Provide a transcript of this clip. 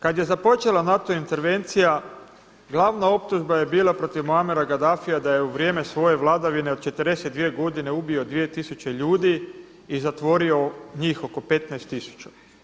Kada je započela NATO intervencija glavna optužba je bila protiv Muammar Gaddafia da je u vrijeme svoje vladavine od 42 godine ubio 2 tisuće ljudi i zatvorio njih oko 15 tisuća.